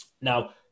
Now